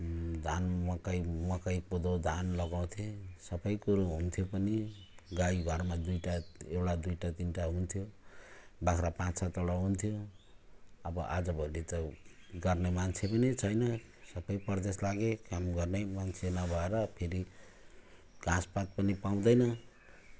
धान मकै मकै कोदो धान लगाउँथे सब कुरो हुन्थ्यो पनि गाई घरमा दुइवटा एउटा दुइवटा तिनवटा हुन्थ्यो बाख्रा पाँच सातवटा हुन्थ्यो अब आजभोलि त गर्ने मान्छे पनि छैन सब परदेश लागे काम गर्नै मान्छे नभएर फेरि घाँस पात पनि पाउँदैन